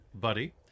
Buddy